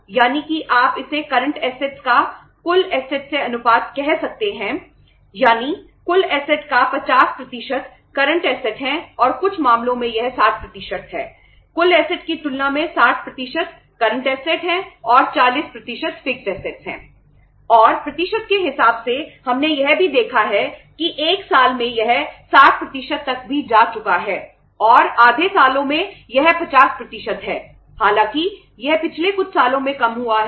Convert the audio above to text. और प्रतिशत के हिसाब से हमने यह भी देखा है कि एक साल में यह 60 तक भी जा चुका है और आधे सालों में यह 50 है हालांकि यह पिछले कुछ सालों में कम हुआ है